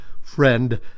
friend